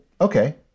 okay